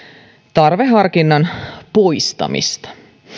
tarveharkinnan poistamista